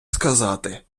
сказати